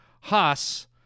Haas